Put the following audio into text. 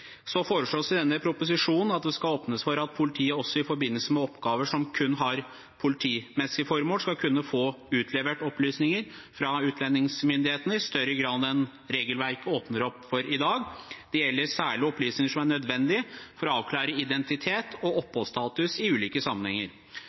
foreslås i denne proposisjonen at det skal åpnes for at politiet også i forbindelse med oppgaver som kun har politimessige formål, skal kunne få utlevert opplysninger fra utlendingsmyndighetene i større grad enn regelverket åpner opp for i dag. Det gjelder særlig opplysninger som er nødvendige for å avklare identitet og